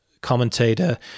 commentator